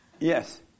Yes